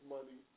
Money